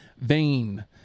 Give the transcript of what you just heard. vain